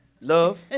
Love